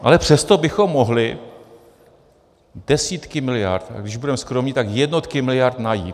Ale přesto bychom mohli desítky miliard, a když budeme skromní, tak jednotky miliard najít.